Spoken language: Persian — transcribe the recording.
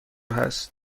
هست